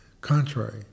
contrary